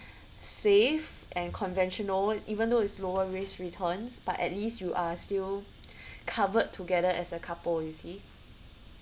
safe and conventional even though is lower risk returns but at least you are still covered together as a couple you see